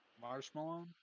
Marshmallow